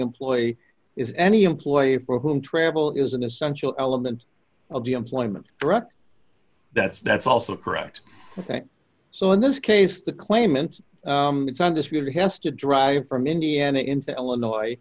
employee is any employee for whom travel is an essential element of the employment direct that's that's also correct so in this case the claimant it's undisputed has to drive from indiana into illinois